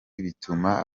bituma